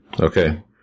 Okay